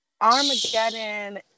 Armageddon